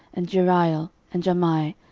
and jeriel, and jahmai,